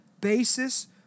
basis